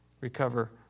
recover